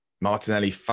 Martinelli